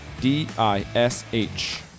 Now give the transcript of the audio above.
D-I-S-H